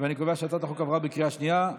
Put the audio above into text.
אני קובע שהצעת החוק עברה בקריאה שנייה.